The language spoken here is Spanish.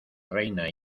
reina